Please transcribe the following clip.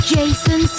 Jason